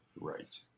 Right